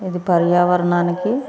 ఇది పర్యావరణానికి